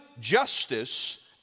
justice